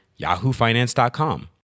yahoofinance.com